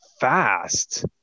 fast